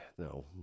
No